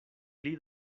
pli